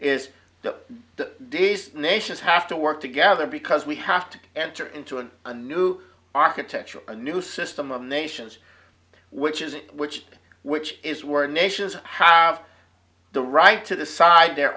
that the days nations have to work together because we have to enter into an a new architecture a new system of nations which is which which is where nations have the right to decide their